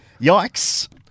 Yikes